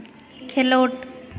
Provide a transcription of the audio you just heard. ᱠᱷᱮᱞᱳᱰ